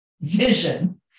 vision